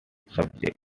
subject